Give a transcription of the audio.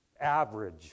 average